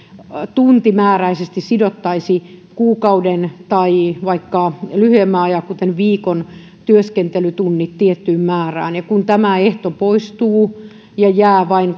tuntimääräisesti sidottaisiin kuukauden tai vaikka lyhyemmän ajan kuten viikon työskentelytunnit tiettyyn määrään kun tämä ehto poistuu ja jää vain